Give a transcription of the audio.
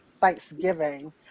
Thanksgiving